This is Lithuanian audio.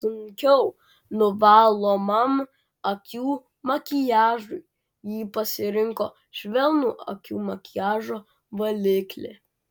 sunkiau nuvalomam akių makiažui ji pasirinko švelnų akių makiažo valiklį